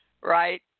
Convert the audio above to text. right